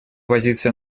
позиция